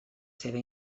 seva